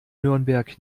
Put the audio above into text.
nürnberg